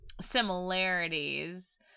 similarities